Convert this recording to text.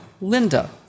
Linda